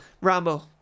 Rambo